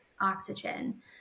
oxygen